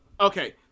Okay